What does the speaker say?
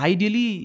Ideally